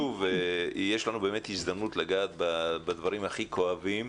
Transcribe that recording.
שוב, יש לנו הזדמנות לגעת בדברים הכי כואבים.